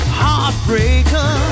heartbreaker